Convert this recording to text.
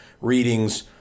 readings